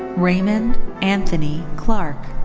raymond anthony clark.